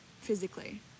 physically